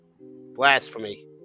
blasphemy